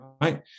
right